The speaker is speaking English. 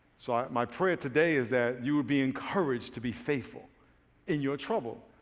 so my prayer today is that you would be encouraged to be faithful in your trouble.